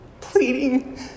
pleading